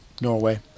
Norway